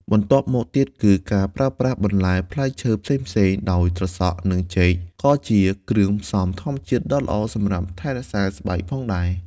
បន្ទាប់មកទៀតគឺ ការប្រើប្រាស់បន្លែផ្លែឈើផ្សេងៗ ដោយត្រសក់ និង ចេក ក៏ជាគ្រឿងផ្សំធម្មជាតិដ៏ល្អសម្រាប់ថែរក្សាស្បែកផងដែរ។